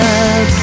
up